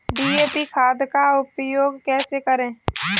DAP खाद का उपयोग कैसे करें?